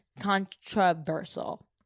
Controversial